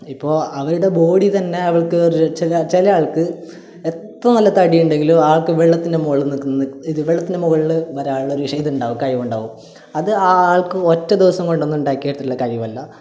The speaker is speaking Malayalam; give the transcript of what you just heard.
ഇപ്പോൾ അവരുടെ ബോഡി തന്നെ അവർക്ക് ഒരു ചില ചില ആൾക്ക് എത്ര നല്ല തടിയുണ്ടെങ്കിലും ആൾക്ക് വെള്ളത്തിൻ്റെ മുകളിൽ നിൽക്കുന്നത് വെള്ളത്തിൻ്റെ മുകളിൽ വരാനുള്ള ഒരു പക്ഷേ ഇതുണ്ടാകും കഴിവുണ്ടാകും അത് ആ ആൾക്ക് ഒറ്റ ദിവസം കൊണ്ടൊന്നും ഉണ്ടാക്കിയെടുത്തിട്ടുള്ള കഴിവല്ല